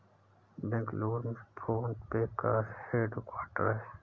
बेंगलुरु में PhonePe का headquarter हैं